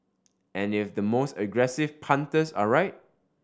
and if the most aggressive punters are right